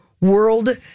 world